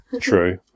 True